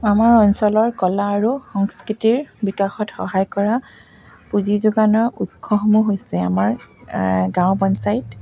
আমাৰ অঞ্চলৰ কলা আৰু সংস্কৃতিৰ বিকাশত সহায় কৰা পুঁজি যোগানৰ উৎসসমূহ হৈছে আমাৰ গাঁও পঞ্চায়ত